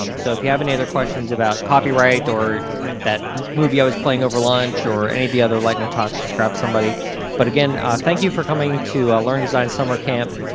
um so if you have any other questions about copyright or that movie i was playing over lunch or any of the other lightning talks, just grab somebody but again thank you for coming to learning design summer camp.